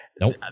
Nope